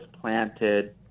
planted